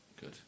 good